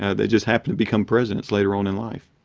and they just happened to become presidents later on in life.